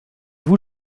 vous